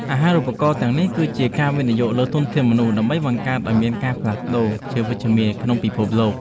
អាហារូបករណ៍ទាំងនេះគឺជាការវិនិយោគលើធនធានមនុស្សដើម្បីបង្កើតឱ្យមានការផ្លាស់ប្តូរជាវិជ្ជមានក្នុងពិភពលោក។